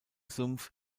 sumpf